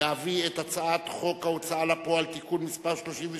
להביא את הצעת חוק ההוצאה לפועל (תיקון מס' 36)